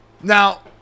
Now